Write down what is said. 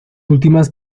últimas